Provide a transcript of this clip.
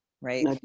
Right